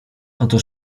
oto